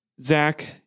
Zach